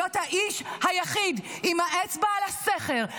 להיות האיש היחיד עם האצבע על הסכר,